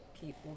keep